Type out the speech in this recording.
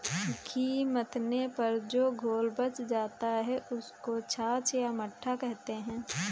घी मथने पर जो घोल बच जाता है, उसको छाछ या मट्ठा कहते हैं